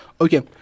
Okay